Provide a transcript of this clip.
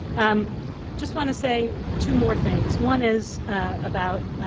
um just want to say two more things. one is about